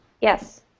Yes